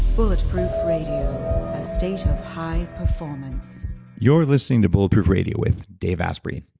bulletproof radio, a state of high performance you're listening to bulletproof radio with dave asprey.